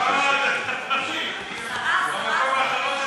גילה פה.